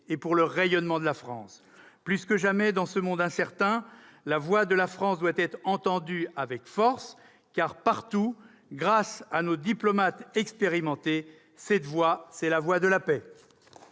pour le rayonnement de la France. Plus que jamais, dans ce monde incertain, la voix de la France doit se faire entendre avec force, car elle est partout, grâce à nos diplomates expérimentés, la voix de la paix.